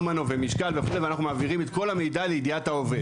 משקל וכולי ואנחנו מביאים את כל המידע לידיעת העובד.